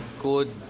good